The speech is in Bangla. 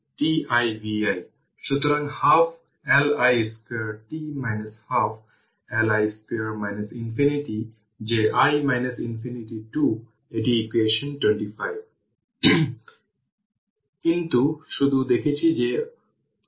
সুতরাং এটি হল ক্যাপাসিটর RC1 এটি 5 মাইক্রোফ্যারাড এটি ক্যাপাসিটর RC2 এটি 20 মাইক্রোফ্যারাড এবং এটি হল v1 t v2 t